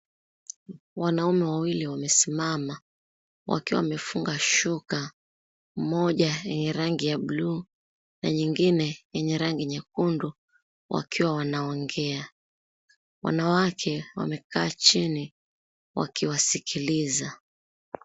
Wanaume wawili wamesimama, wakiwa wamefunga shuka, moja yenye rangi ya bluu na nyingine yenye rangi nyekundu, wakiwa wanaongea. Wanawake wamekaa chini wakiwasikiliza.